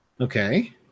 Okay